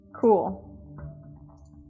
Cool